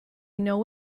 know